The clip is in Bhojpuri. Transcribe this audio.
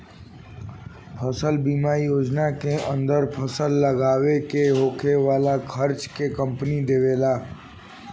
फसल बीमा योजना के अंदर फसल लागावे में होखे वाला खार्चा के कंपनी देबेला